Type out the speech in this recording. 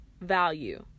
value